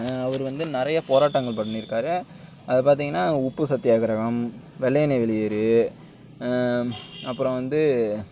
அவர் வந்து நிறைய போராட்டங்கள் பண்ணியிருக்காரு அது பார்த்தீங்கன்னா உப்பு சத்தியாகிரகம் வெள்ளையனே வெளியேறு அப்புறம் வந்து